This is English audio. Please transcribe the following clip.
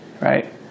right